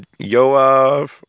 yoav